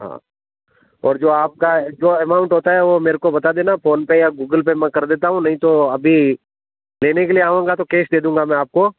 हाँ और जो आपका जो अमाउन्ट होता है वह मेरे को बता देना फ़ोन पे या गूगल पे मैं कर देता हूँ नहीं तो अभी लेने के लिए आऊँगा तो केस दे दूँगा मैं आपको